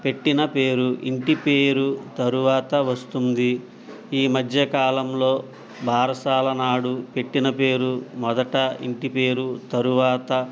పెట్టిన పేరు ఇంటి పేరు తర్వాత వస్తుంది ఈ మధ్యకాలంలో బారసాల నాడు పెట్టిన పేరు మొదట ఇంటి పేరు తరువాత